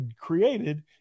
created